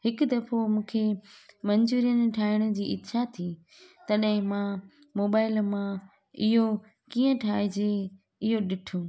हिक दफ़ो मूंखे मन्चूरियन ठाहिण जी इच्छा थी तॾहिं मां मोबाइल मां इहो कीअं ठाहिजे इहो ॾिठो